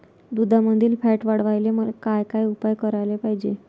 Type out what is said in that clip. दुधामंदील फॅट वाढवायले काय काय उपाय करायले पाहिजे?